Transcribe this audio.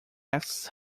asks